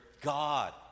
God